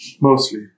Mostly